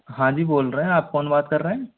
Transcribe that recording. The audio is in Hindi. हाँ जी बोल रहे हैं आप कौन बात कर रहे हैं